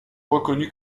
reconnut